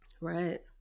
Right